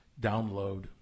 download